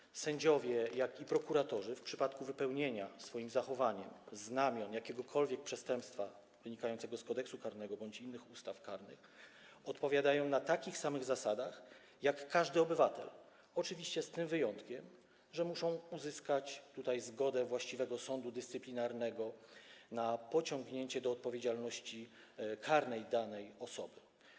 Zarówno sędziowie, jak i prokuratorzy, w przypadku wypełnienia swoim zachowaniem znamion jakiegokolwiek przestępstwa wynikającego z Kodeksu karnego bądź innych ustaw karnych, odpowiadają na takich samych zasadach, jak każdy obywatel, oczywiście z tym wyjątkiem, że muszą uzyskać zgodę właściwego sądu dyscyplinarnego na pociągnięcie do odpowiedzialności karnej danej osoby.